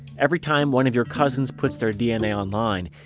everytime one of your cousins puts their dna online,